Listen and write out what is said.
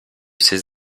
ses